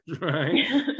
right